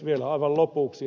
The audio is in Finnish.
vielä aivan lopuksi